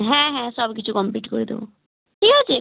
হ্যাঁ হ্যাঁ সব কিছু কমপ্লিট করে দেব ঠিক আছে